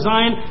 Zion